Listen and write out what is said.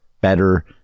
better